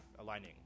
Aligning